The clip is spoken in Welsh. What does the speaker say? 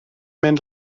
mynd